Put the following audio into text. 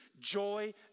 joy